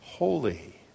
holy